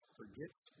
forgets